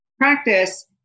practice